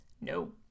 No